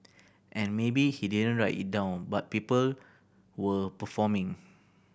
and maybe he didn't write it down but people were performing